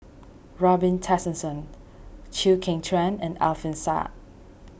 Robin Tessensohn Chew Kheng Chuan and Alfian Sa'At